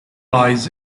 lies